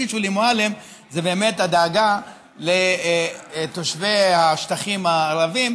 שולי זה באמת הדאגה לתושבי השטחים הערבים,